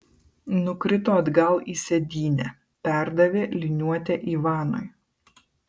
nukrito atgal į sėdynę perdavė liniuotę ivanui